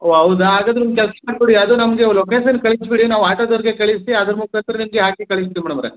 ಓಹ್ ಹೌದಾ ಹಾಗಾದ್ರೆ ಒಂದು ಕೆಲಸ ಮಾಡಿಕೊಡಿ ಅದು ನಮಗೆ ಲೊಕೇಶನ್ ಕಳಿಸಿಬಿಡಿ ನಾವು ಆಟೋದವ್ರಿಗೆ ಕಳಿಸಿ ಅದರ ಮುಖಾಂತರ ನಿಮಗೆ ಹಾಕಿ ಕಳಿಸ್ತೀವಿ ಮೇಡಮವ್ರೇ